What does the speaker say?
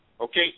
Okay